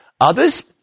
Others